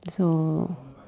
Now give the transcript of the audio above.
so